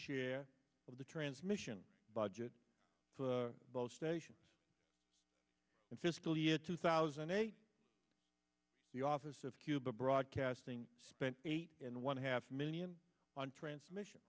share of the transmission budget for both stations in fiscal year two thousand and eight the office of cuba broadcasting spent eight and one half million on transmission